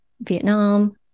Vietnam